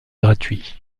gratuit